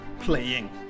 Playing